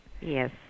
Yes